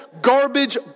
garbage